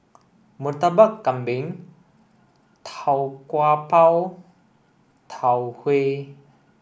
Murtabak Kambing Tau Kwa Pau Tau Huay